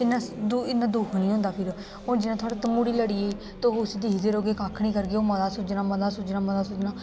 इना दुख नेई होंदा फिर हून जियां थुआढ़े तम्हूड़ी लड़ी गेई तुस दिक्खदे रोहगे कक्ख नेईं करगे ओह् मता सुज्जना मता सुज्जना